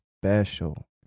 special